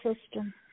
system